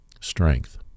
strength